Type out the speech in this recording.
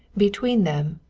between them,